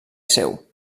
seu